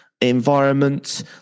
environment